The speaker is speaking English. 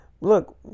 look